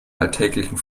alltäglichen